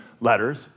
letters